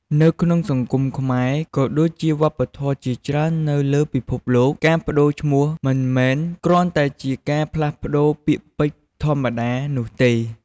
នៅក្នុងសង្គមខ្មែរ ក៏ដូចជាវប្បធម៌ជាច្រើននៅលើពិភពលោក ការប្ដូរឈ្មោះមិនមែនគ្រាន់តែជាការផ្លាស់ប្ដូរពាក្យពេចន៍ធម្មតានោះទេ។